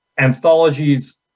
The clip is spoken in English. anthologies